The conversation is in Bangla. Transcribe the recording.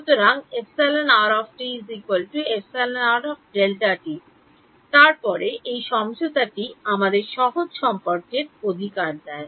সুতরাং তারপরে এই সমঝোতাটি আমাকে সহজ সম্পর্কের অধিকার দেয়